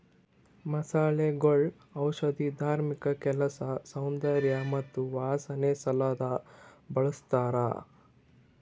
ಮಸಾಲೆಗೊಳ್ ಔಷಧಿ, ಧಾರ್ಮಿಕ ಕೆಲಸ, ಸೌಂದರ್ಯ ಮತ್ತ ವಾಸನೆ ಸಲೆಂದ್ ಬಳ್ಸತಾರ್